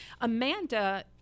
Amanda